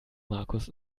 markus